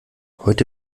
heute